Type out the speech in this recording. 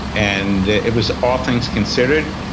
and it was all things considered,